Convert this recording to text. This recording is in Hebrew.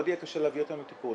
מאוד יהיה קשה להביא אותם לטיפול,